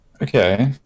Okay